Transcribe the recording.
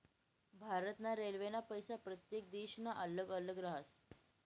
भारत ना रेल्वेना पैसा प्रत्येक देशना अल्लग अल्लग राहस